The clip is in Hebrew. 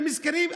שהם מסכנים,